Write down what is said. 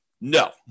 No